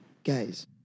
Guys